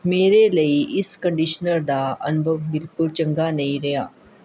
ਮੇਰੇ ਲਈ ਇਸ ਕੰਡੀਸ਼ਨਰ ਦਾ ਅਨੁਭਵ ਬਿਲਕੁਲ ਚੰਗਾ ਨਹੀਂ ਰਿਹਾ